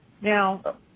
Now